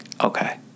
okay